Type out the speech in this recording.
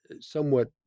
somewhat